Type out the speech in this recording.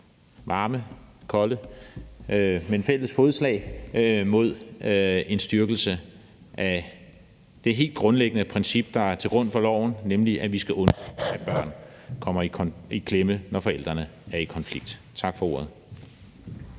overvejelser, men fælles fodslag – i forbindelse med en styrkelse af det helt grundlæggende princip, der ligger til grund for loven, nemlig at vi skal undgå, at børn kommer i klemme, når forældrene er i konflikt. Tak for ordet.